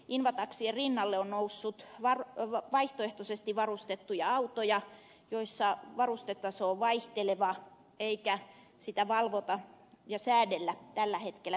invataksien rinnalle on noussut vaihtoehtoisesti varustettuja autoja joissa varustetaso on vaihteleva eikä sitä valvota ja säädellä tällä hetkellä täsmällisesti